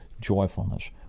joyfulness